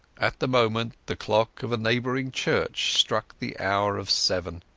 at the moment the clock of a neighbouring church struck the hour of seven.